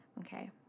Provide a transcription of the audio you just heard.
Okay